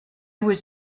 was